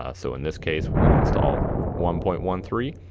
ah so in this case we're gonna install one point one three.